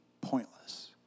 pointless